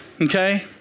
okay